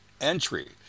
entry